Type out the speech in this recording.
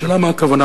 השאלה מה הכוונה.